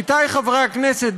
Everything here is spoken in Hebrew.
עמיתי חברי הכנסת,